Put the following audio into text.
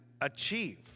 achieve